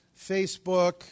Facebook